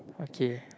okay